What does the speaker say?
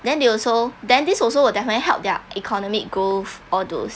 then they also then this also will definitely help their economic growth all those